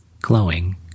Glowing